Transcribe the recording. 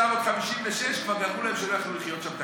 וב-1956 כבר אמרו להם שלא יוכלו לחיות שם.